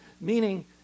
Meaning